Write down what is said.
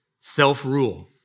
Self-rule